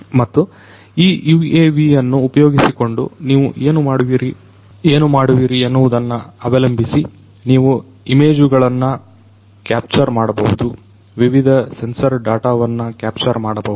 ಮತ್ತು ಈ UAVಯನ್ನು ಉಪಯೋಗಿಸಿಕೊಂಡು ನೀವು ಏನು ಮಾಡುವಿರಿ ಎನ್ನುವುದನ್ನು ಅವಲಂಬಿಸಿ ನೀವು ಇಮೇಜುಗಳನ್ನು ಕ್ಯಾಪ್ಚರ್ ಮಾಡಬಹುದುವಿವಿಧ ಸೆನ್ಸರ್ ಡಾಟಾವನ್ನು ಕ್ಯಾಪ್ಚರ್ ಮಾಡಬಹುದು